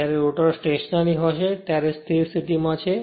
જ્યારે rotor stationary હશે ત્યારે સ્થિર સ્થિતિ માં છે